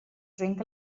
drink